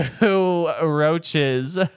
roaches